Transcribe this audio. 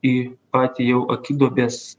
į patį jau akiduobės